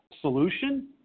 solution